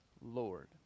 Lord